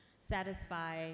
satisfy